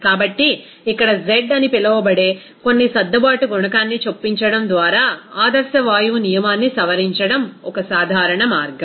కాబట్టి ఇక్కడ z అని పిలువబడే కొన్ని సర్దుబాటు గుణకాన్ని చొప్పించడం ద్వారా ఆదర్శ వాయువు నియమాన్ని సవరించడం ఒక సాధారణ మార్గం